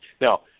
Now